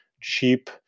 cheap